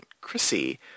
Chrissy